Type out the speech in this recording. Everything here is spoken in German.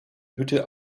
hütte